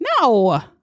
No